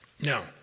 Now